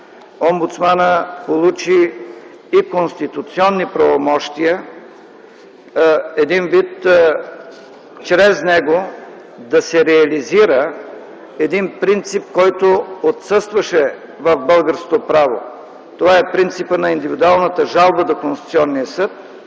омбудсманът получи и конституционни правомощия, един вид чрез него да се реализира един принцип, който отсъстваше в българското право. Това е принципът на индивидуалната жалба до Конституционния съд,